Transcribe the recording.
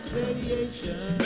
radiation